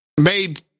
made